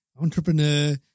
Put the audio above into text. entrepreneur